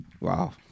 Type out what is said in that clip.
wow